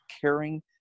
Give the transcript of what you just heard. caring